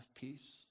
peace